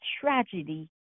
tragedy